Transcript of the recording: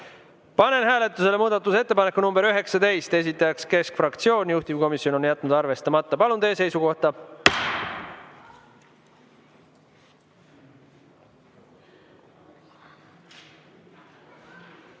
Panen hääletusele muudatusettepaneku nr 20, esitaja on keskfraktsioon, juhtivkomisjon on jätnud arvestamata. Palun teie seisukohta!